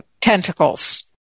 tentacles